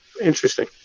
interesting